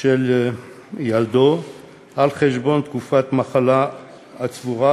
של ילדו על חשבון תקופת המחלה הצבורה